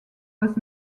was